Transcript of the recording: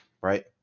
right